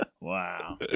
wow